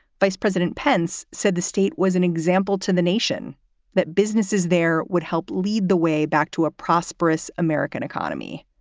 vice president pence said the state was an example to the nation that businesses there would help lead the way back to a prosperous american economy.